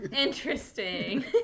Interesting